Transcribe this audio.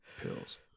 pills